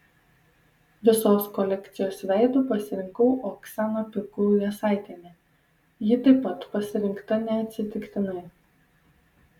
visos kolekcijos veidu pasirinkau oksaną pikul jasaitienę ji taip pat pasirinkta neatsitiktinai